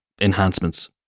enhancements